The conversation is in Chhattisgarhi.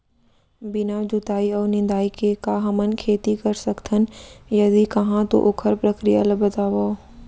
बिना जुताई अऊ निंदाई के का हमन खेती कर सकथन, यदि कहाँ तो ओखर प्रक्रिया ला बतावव?